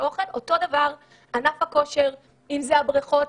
אוכל ואותו דבר ענף הכושר או הבריכות.